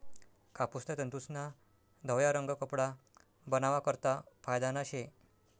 कापूसना तंतूस्ना धवया रंग कपडा बनावा करता फायदाना शे